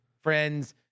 friends